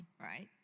Right